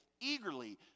eagerly